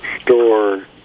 store